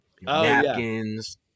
napkins